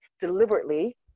deliberately